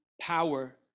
power